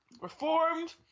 reformed